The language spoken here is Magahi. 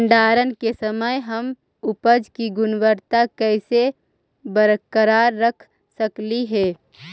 भंडारण के समय भी हम उपज की गुणवत्ता कैसे बरकरार रख सकली हे?